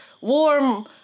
warm